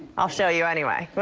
i'll show you anyway.